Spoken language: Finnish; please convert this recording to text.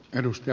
kiitos